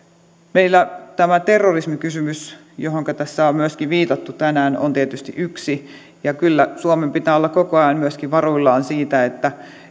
meillä tämä terrorismikysymys johonka tässä on myöskin viitattu tänään on tietysti yksi ja kyllä suomen pitää olla koko ajan myöskin varuillaan